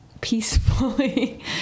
peacefully